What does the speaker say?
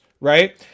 right